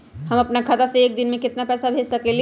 हम अपना खाता से एक दिन में केतना पैसा भेज सकेली?